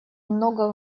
много